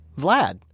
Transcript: Vlad